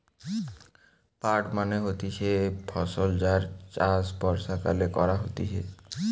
পাট মানে হতিছে ফসল যার চাষ বর্ষাকালে করা হতিছে